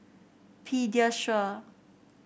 Pediasure